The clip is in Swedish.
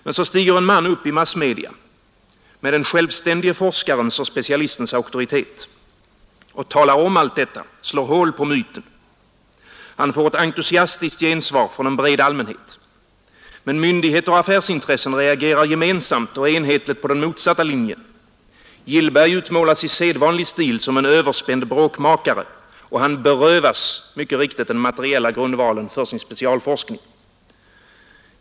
Men så stiger en man upp i massmedia — med den självständige forskarens och specialistens auktoritet — och talar om allt detta, slår hål på myten. Han får ett entusiastiskt gensvar från en bred allmänhet. Men myndigheter och affärsintressen reagerar gemensamt och enhetligt på den motsatta linjen: Gillberg utmålas i sedvanlig stil som en överspänd bråkmakare, och han berövas mycket riktigt den materiella grundvalen för sin specialforskning.